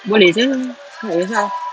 boleh jer aku tak kisah